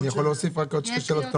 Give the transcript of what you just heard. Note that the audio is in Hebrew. אני מבקש להוסיף עוד שתי שאלות.